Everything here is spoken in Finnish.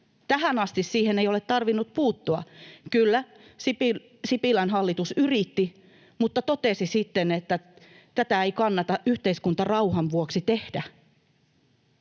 Tähän asti siihen ei ole tarvinnut puuttua. Kyllä, Sipilän hallitus yritti, mutta totesi sitten, että tätä ei kannata yhteiskuntarauhan vuoksi tehdä.